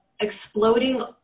exploding